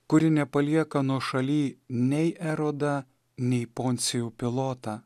kuri nepalieka nuošaly nei erodą nei poncijų pilotą